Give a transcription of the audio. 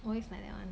always like that one